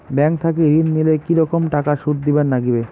Bank থাকি ঋণ নিলে কি রকম টাকা সুদ দিবার নাগিবে?